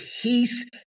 peace